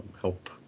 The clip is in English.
help